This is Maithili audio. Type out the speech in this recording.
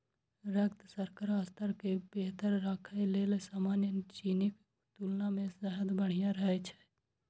रक्त शर्करा स्तर कें बेहतर राखै लेल सामान्य चीनीक तुलना मे शहद बढ़िया रहै छै